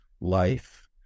life